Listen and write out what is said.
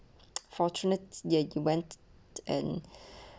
fortunately ya you went and